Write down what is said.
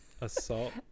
assault